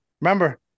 remember